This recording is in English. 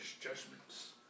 judgments